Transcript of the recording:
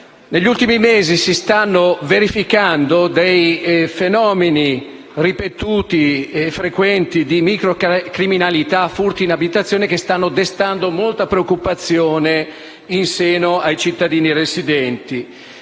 negli ultimi mesi si stanno verificando dei fenomeni ripetuti e frequenti di microcriminalità, come furti in abitazione, che stanno destando molta preoccupazione in seno ai cittadini residenti.